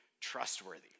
trustworthy